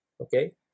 Okay